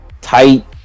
tight